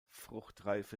fruchtreife